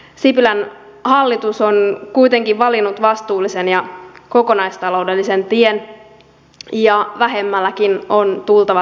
sipilän hallitus on kuitenkin valinnut vastuullisen ja kokonaistaloudellisen tien ja vähemmälläkin on tultava toimeen